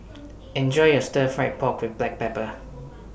Enjoy your Stir Fried Pork with Black Pepper